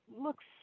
looks